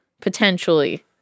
potentially